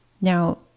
Now